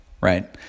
right